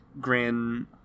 grand